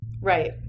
right